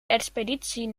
expeditie